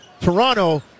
Toronto